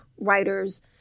writers